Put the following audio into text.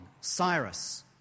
Cyrus